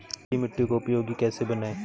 पीली मिट्टी को उपयोगी कैसे बनाएँ?